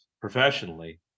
professionally